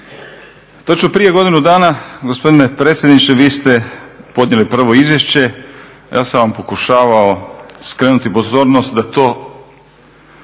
Točno prije godinu dana gospodine predsjedniče vi ste podnijeli prvo izvješće. Ja sam vam pokušavao skrenuti pozornost da to